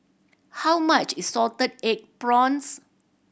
how much is salted egg prawns